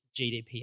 GDPR